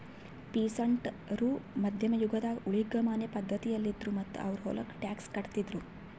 peasant ರು ಮಧ್ಯಮ್ ಯುಗದಾಗ್ ಊಳಿಗಮಾನ್ಯ ಪಧ್ಧತಿಯಲ್ಲಿದ್ರು ಮತ್ತ್ ಅವ್ರ್ ಹೊಲಕ್ಕ ಟ್ಯಾಕ್ಸ್ ಕಟ್ಟಿದ್ರು